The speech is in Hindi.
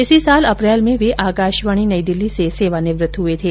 इसी वर्ष अप्रैल में वे आकाशवाणी नई दिल्ली से सेवानिवृत्त हुए थे